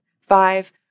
Five